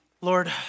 Lord